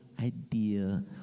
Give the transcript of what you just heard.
idea